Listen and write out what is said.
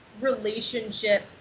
relationship